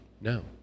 No